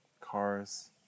cars